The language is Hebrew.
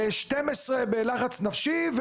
12 בלחץ נפשי,